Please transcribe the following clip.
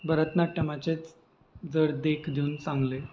भरतनाट्यमाचेंच जर देख दिवन सांगलें